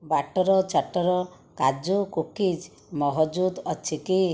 batter ଚାଟ୍ଟର୍ କାଜୁ cookies ମହଜୁଦ ଅଛି କି